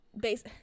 base